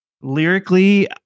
lyrically